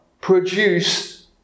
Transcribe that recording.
produce